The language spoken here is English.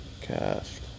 cast